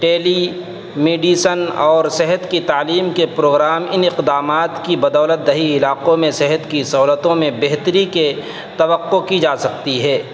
ٹیلی medicine اور صحت کی تعلیم کے پروگرام ان اقدامات کی بدولت دہی علاقوں میں صحت کی سہولتوں میں بہتری کے توقع کی جا سکتی ہے